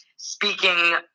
speaking